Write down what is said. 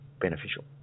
beneficial